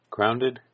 Grounded